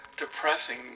Depressing